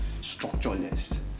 structureless